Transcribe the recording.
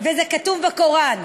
וזה כתוב בקוראן.